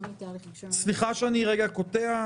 סליחה שאני קוטע לרגע,